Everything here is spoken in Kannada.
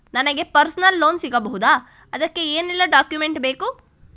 ನನಗೆ ಪರ್ಸನಲ್ ಲೋನ್ ಸಿಗಬಹುದ ಅದಕ್ಕೆ ಏನೆಲ್ಲ ಡಾಕ್ಯುಮೆಂಟ್ ಬೇಕು?